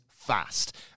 Fast